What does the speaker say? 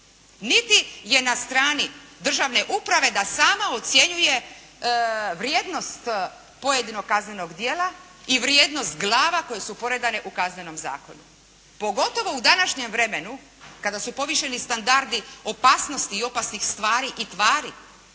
niti je na strani državne uprave da sama ocjenjuje vrijednost pojedinog kaznenog djela i vrijednost glava koje su poredane u Kaznenom zakonu, pogotovo u današnjem vremenu kada su povišeni standardi opasnosti i opasnih stvari i tvari